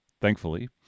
thankfully